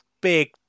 big